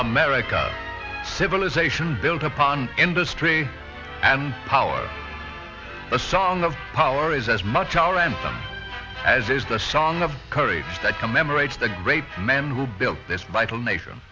america civilization built upon industry and power a song of power is as much our anthem as it is the song of courage that commemorates the great man who built this vital nation